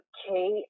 Okay